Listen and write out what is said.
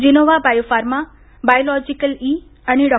Gennova Biopharma Biological E आणि डॉ